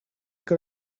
got